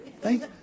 Thank